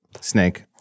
Snake